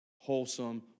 wholesome